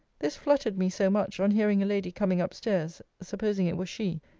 this fluttered me so much, on hearing a lady coming up-stairs, supposing it was she,